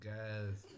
Guys